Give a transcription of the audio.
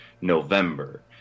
November